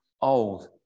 old